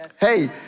hey